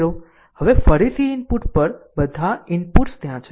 હવે ફરીથી ઇનપુટ પર બધા ઇનપુટ્સ ત્યાં છે